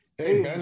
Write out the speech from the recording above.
Hey